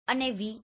અને VH